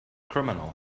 criminal